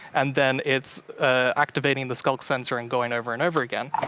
and then it's activating the skulk sensor and going over and over again.